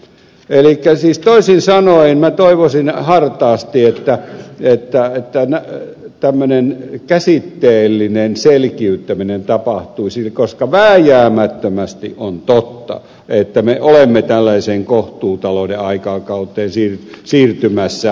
elikkä siis toisin sanoen minä toivoisin hartaasti että tämmöinen käsitteellinen selkiyttäminen tapahtuisi koska vääjäämättömästi on totta että me olemme tällaiseen kohtuutalouden aikakauteen siirtymässä